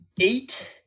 Eight